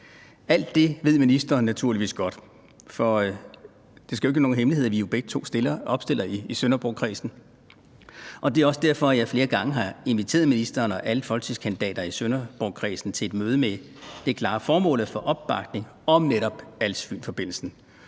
Alt det ved ministeren naturligvis godt, for det skal jo ikke være nogen hemmelighed, at vi begge to opstiller i Sønderborgkredsen, og det er også derfor, jeg flere gange har inviteret ministeren og alle folketingskandidater i Sønderborgkredsen til et møde med det klare formål at få opbakning til netop Als-Fyn-forbindelsen.